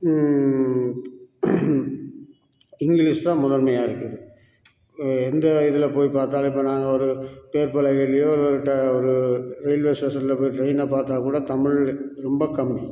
English தான் முதன்மையான இருக்குது எந்த இதில் போய் பார்த்தாலும் இப்போ நாங்கள் ஒரு பெயர் பலகையிலையோ இல்லை ஒரு ட ஒரு ரயில்வே ஸ்டேஷனில் போய் ட்ரெயினை பார்த்தாக்கூட தமிழ் ரொம்ப கம்மி